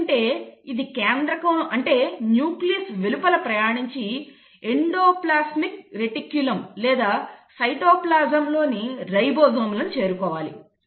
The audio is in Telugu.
ఎందుకంటే ఇది కేంద్రకం అంటే న్యూక్లియస్ వెలుపల ప్రయాణించి ఎండోప్లాస్మిక్ రెటిక్యులం లేదా సైటోప్లాజంలోని రైబోజోమ్లకు చేరుకోవాలి